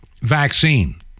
Vaccine